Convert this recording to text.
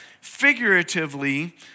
figuratively